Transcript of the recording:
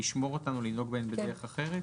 לשמור אותן או לנהוג בהן בדרך אחרת?